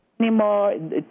anymore